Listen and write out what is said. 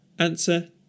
Answer